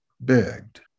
begged